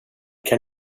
kan